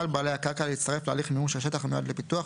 בעלי הקרקע להצטרף להליך מימוש השטח המיועד לפיתוח,